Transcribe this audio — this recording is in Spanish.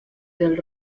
del